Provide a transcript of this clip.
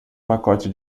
pacote